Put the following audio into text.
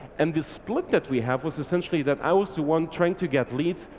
and this split that we have was essentially that i was the one trying to get leads,